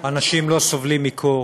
אנשים לא סובלים מקור,